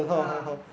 ah